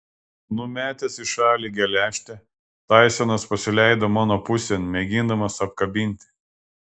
numetęs į šalį geležtę taisonas pasileido mano pusėn mėgindamas apkabinti